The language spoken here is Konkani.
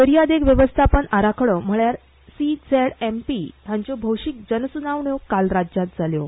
दर्यादेग वेवस्थापन आराखडो म्हळ्यार सीझेडएमपी हांच्यो भौशीक जनसुनावण्यो काल गोंयांत जाल्यो